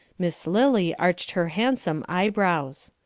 miss lily arched her handsome eyebrows.